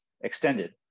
extended